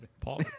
Paul